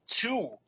two